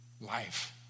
life